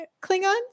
Klingons